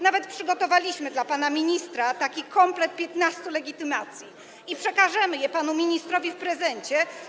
Nawet przygotowaliśmy dla pana ministra taki komplet 15 legitymacji i przekażemy je panu ministrowi w prezencie.